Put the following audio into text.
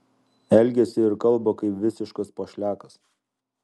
elgiasi ir kalba kaip visiškas pošliakas